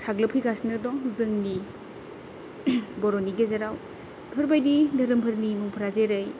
साग्लोबफैगासिनो दं जोंनि बर'नि गेजेराव बेफोरबायदि धोरोमनि मुंफ्रा जेरै